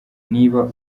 niba